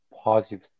positive